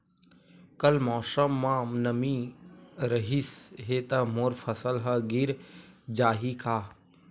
कल मौसम म नमी रहिस हे त मोर फसल ह गिर जाही का?